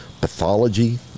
pathology